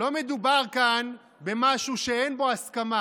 לא מדובר כאן במשהו שאין בו הסכמה.